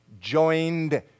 joined